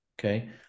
Okay